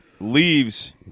leaves